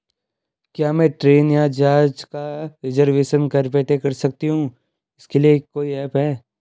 क्या मैं ट्रेन या जहाज़ का रिजर्वेशन घर बैठे कर सकती हूँ इसके लिए कोई ऐप है?